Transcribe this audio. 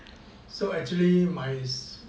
so actually my